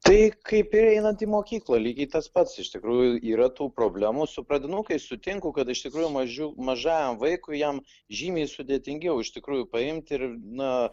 tai kaip ir einant į mokyklą lygiai tas pats iš tikrųjų yra tų problemų su pradinukais sutinku kad iš tikrųjų mažiu mažam vaikui jam žymiai sudėtingiau iš tikrųjų paimti ir na